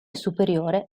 superiore